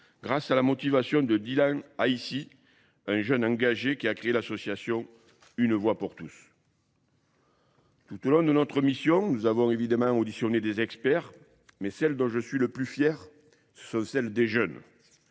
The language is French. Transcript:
grâce à la motivation de Dylan Aissy, un jeune engagé qui a créé l'association Une Voie Pour Tous. Tout au long de notre mission, nous avons évidemment auditionné des experts, mais celles dont je suis le plus fier, ce sont celles des jeunes.